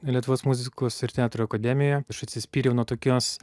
lietuvos muzikos ir teatro akademijo aš atsispyriau nuo tokios